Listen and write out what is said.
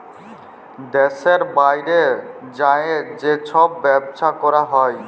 দ্যাশের বাইরে যাঁয়ে যে ছব ব্যবছা ক্যরা হ্যয়